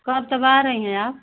कब तब आ रही हैं आप